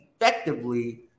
effectively